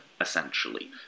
essentially